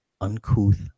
uncouth